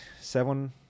seven